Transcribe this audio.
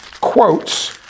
quotes